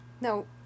No